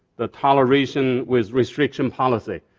the toleration with restriction policy.